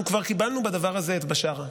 אנחנו כבר קיבלנו בדבר הזה את בשארה,